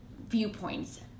viewpoints